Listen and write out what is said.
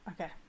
Okay